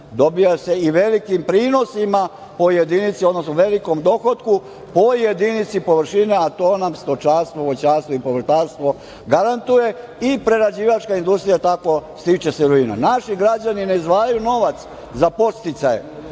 dobija se i velikim prinosima po jedinici, odnosno velikom dohotku po jedinici površine, a to nam stočarstvo, voćarstvo i povrtarstvo garantuje i prerađivačka industrija tako stiče sirovinu. Naši građani ne izdvajaju novac za podsticaje